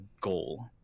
goal